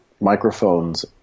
microphones